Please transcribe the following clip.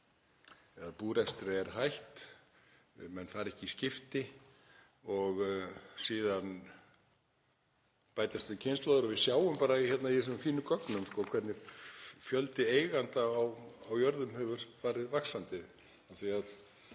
þegar búrekstri er hætt og menn fara ekki í skipti og síðan bætast við kynslóðir. Við sjáum bara í þessum fínu gögnum hvernig fjöldi eigenda á jörðum hefur farið vaxandi